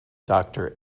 doctor